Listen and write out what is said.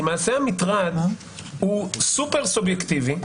כי מעשה המטרד הוא סופר סובייקטיבי,